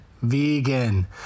vegan